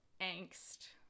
angst